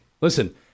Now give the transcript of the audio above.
Listen